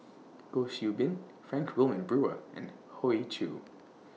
Goh Qiu Bin Frank Wilmin Brewer and Hoey Choo